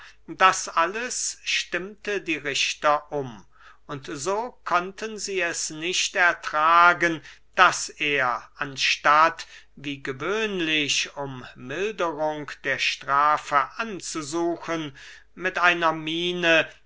das alles stimmte die richter um und so konnten sie es nicht ertragen daß er anstatt wie gewöhnlich um milderung der strafe anzusuchen mit einer miene